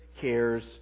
cares